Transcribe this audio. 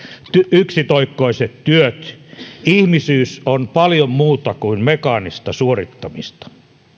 yksitoikkoiset työt lhmisyys on paljon muuta kuin mekaanista suorittamista